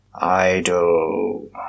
Idle